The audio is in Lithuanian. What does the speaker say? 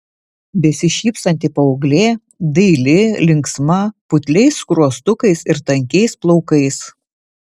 besišypsanti paauglė daili linksma putliais skruostukais ir tankiais plaukais